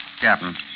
Captain